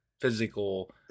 physical